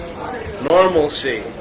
Normalcy